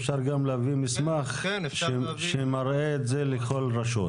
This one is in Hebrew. אפשר גם להביא מסמך שמראה את זה לכל רשות.